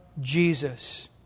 Jesus